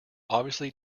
obviously